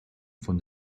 von